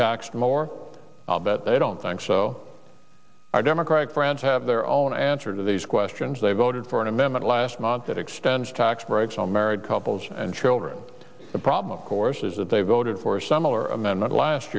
taxed more i'll bet they don't think so our democratic friends have their own answer to these questions they voted for an amendment last month that extends tax breaks on married couples and children the problem of course is that they voted for a similar amendment last